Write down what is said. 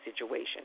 situation